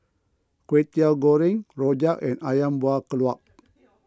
Kway Teow Goreng Rojak and Ayam Buah Keluak